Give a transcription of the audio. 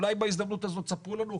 אולי בהזדמנות הזאת תספרו לנו,